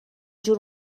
جور